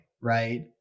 right